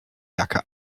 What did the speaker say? jacke